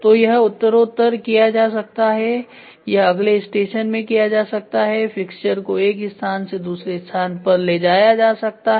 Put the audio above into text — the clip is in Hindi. तो यह उत्तरोत्तर किया जा सकता है या यह अगले स्टेशन में किया जा सकता है फिक्सचर को एक स्थान से दूसरे स्थान पर ले जाया जा सकता है